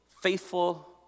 faithful